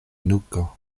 nuko